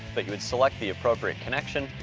but you would select the appropriate connection,